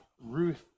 Ruth